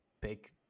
pick